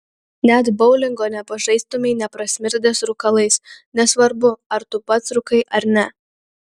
net boulingo nepažaistumei neprasmirdęs rūkalais nesvarbu ar tu pats rūkai ar ne